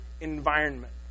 environment